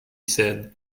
said